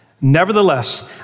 Nevertheless